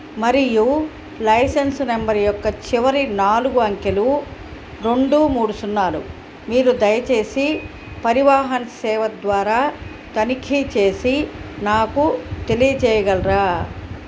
మరియు licence number యొక్క చివరి నాలుగు అంకెలు రెండు మూడు సున్నాలు మీరు దయచేసి పరివాహన్ సేవ ద్వారా తనిఖీ చేసి నాకు తెలియజేయగలరా